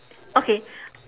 okay